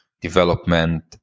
development